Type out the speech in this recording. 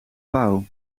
pauw